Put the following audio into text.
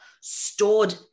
stored